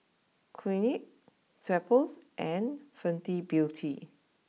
Clinique Schweppes and Fenty Beauty